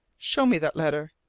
show me that letter,